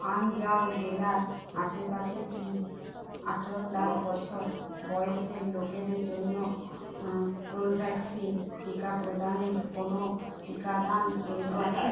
আনজাও জেলার আশেপাশে কি আঠেরো প্লাস বছর বয়েসের লোকেদের জন্য কো ভ্যাক্সিন টিকা প্রদানের কোনো টিকাদান কেন্দ্র আছে